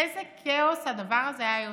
איזה כאוס הדבר הזה היה יוצר,